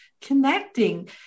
connecting